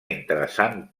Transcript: interessant